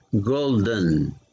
golden